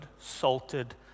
salted